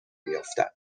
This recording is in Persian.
میافتد